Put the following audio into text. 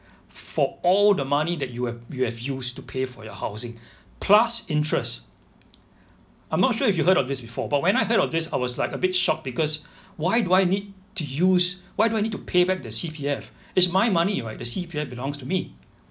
for all the money that you ha~ you have used to pay for your housing plus interest I'm not sure if you heard of this before but when I heard of this I was like a bit shocked because why do I need use why do I need to payback the C_P_F it's my money right the C_P_F belongs to me